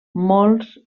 molts